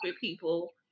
people